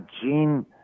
gene